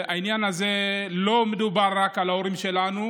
בעניין הזה לא מדובר רק על ההורים שלנו,